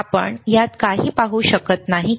आपण यात काही पाहू शकता का